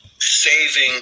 saving